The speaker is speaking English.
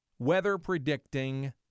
weather-predicting